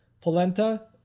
polenta